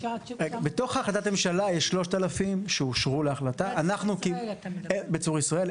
בתוך החלטת הממשלה יש 3,000 שאושרו להחלטה בצור ישראל,